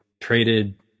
traded